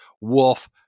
wolf